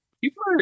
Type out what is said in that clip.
people